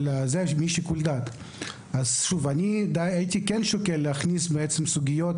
אני כן הייתי שוקל להכניס סוגיות